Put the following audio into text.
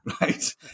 right